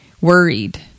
worried